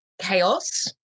chaos